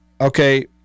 Okay